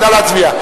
נא להצביע.